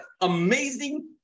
amazing